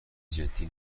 جدی